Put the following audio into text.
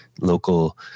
local